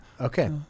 Okay